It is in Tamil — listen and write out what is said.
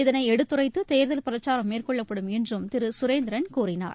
இதளை எடுத்துரைத்து தேர்தல் பிரச்சாரம் மேற்கொள்ளப்படும் என்றும் திரு சுரேந்திரன் கூறினார்